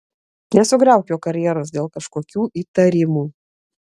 nesugriauk jo karjeros dėl kažkokių įtarimų